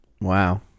wow